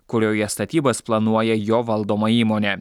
kurioje statybas planuoja jo valdoma įmonė